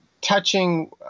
touching